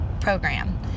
program